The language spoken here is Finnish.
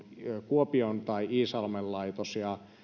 kuopion tai iisalmen laitos